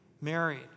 Married